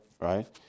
Right